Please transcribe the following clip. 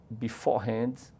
beforehand